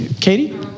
Katie